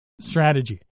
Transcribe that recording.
Strategy